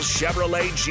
Chevrolet